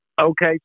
Okay